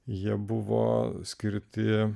jie buvo skirti